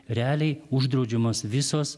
realiai uždraudžiamos visos